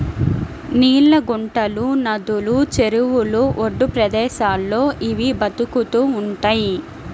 నీళ్ళ గుంటలు, నదులు, చెరువుల ఒడ్డు ప్రదేశాల్లో ఇవి బతుకుతూ ఉంటయ్